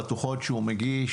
בדוחות שהוא מגיש.